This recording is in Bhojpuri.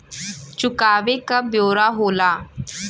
चुकावे क ब्योरा होला